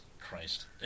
Christ